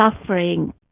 suffering